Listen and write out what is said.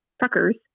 truckers